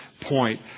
point